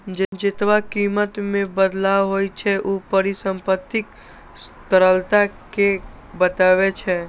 जेतबा कीमत मे बदलाव होइ छै, ऊ परिसंपत्तिक तरलता कें बतबै छै